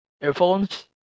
earphones